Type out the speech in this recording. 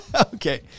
Okay